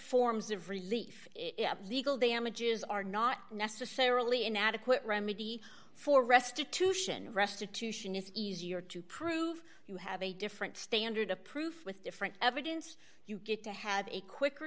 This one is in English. forms of relief legal damages are not necessarily inadequate remedy for restitution restitution is easier to prove you have a different standard of proof with different evidence you get to have a quicker